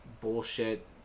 bullshit